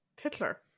Hitler